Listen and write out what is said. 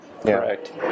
correct